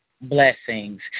blessings